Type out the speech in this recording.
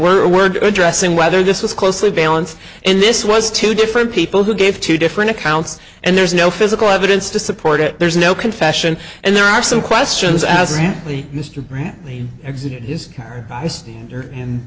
were a word addressing whether this was closely balanced and this was two different people who gave two different accounts and there's no physical evidence to support it there's no confession and there are some questions as a family mr bradley exited his car bystander and